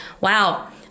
wow